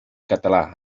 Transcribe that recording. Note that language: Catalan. català